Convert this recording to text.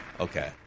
Okay